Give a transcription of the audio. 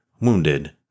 wounded